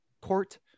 court